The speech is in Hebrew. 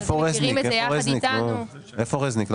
איפה רזניק?